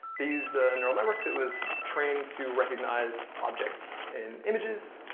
they used a neural network that was trained to recognize objects and images.